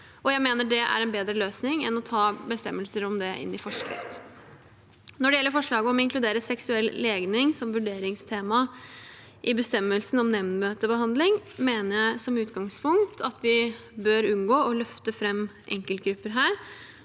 Jeg mener det er en bedre løsning enn å ta bestemmelser om det inn i forskrift. Når det gjelder forslaget om å inkludere seksuell legning som vurderingstema i bestemmelsen om nemndmøtebehandling, mener jeg som utgangspunkt at vi bør unngå å løfte fram enkeltgrupper her.